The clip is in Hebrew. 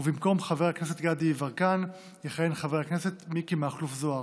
ובמקום חבר הכנסת גדי יברקן יכהן חבר הכנסת מיקי מכלוף זוהר,